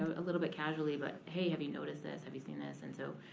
a little bit casually, but, hey, have you noticed this, have you seen this. and so